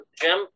Jim